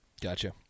Gotcha